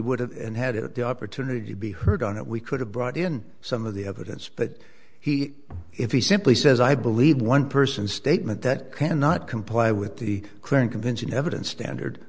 would have and had it the opportunity to be heard on it we could have brought in some of the evidence but he if he simply says i believe one person statement that cannot comply with the current convincing evidence standard